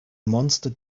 monster